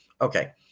Okay